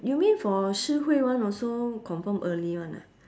you mean for shi hui [one] also confirm early [one] ah